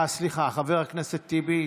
סליחה, חבר הכנסת טיבי.